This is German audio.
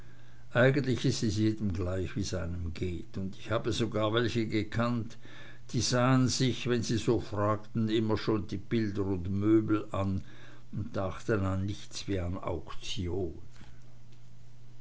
eigentlich is es jedem gleich wie's einem geht und ich habe sogar welche gekannt die sahen sich wenn sie so fragten immer schon die möbel und bilder an und dachten an nichts wie an